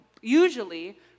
usually